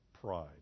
Pride